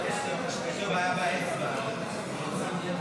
לתיקון פקודת האגודות השיתופיות (מס' 12),